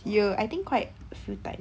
year I think quite a few time